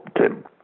Tim